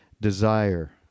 Desire